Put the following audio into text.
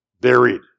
buried